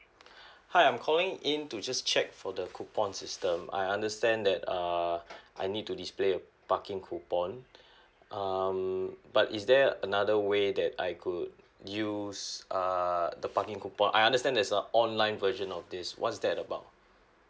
hi I'm calling in to just check for the coupons system I understand that err I need to display a parking coupon um but is there another way that I could use err the parking coupon I understand there's a online version of this what's that about